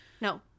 No